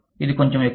ఇది కొంచెం ఎక్కువ